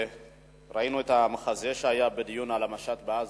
ראינו את המחזה שהיה בדיון על המשט בעזה,